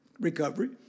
recovery